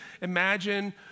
imagine